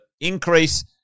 Increase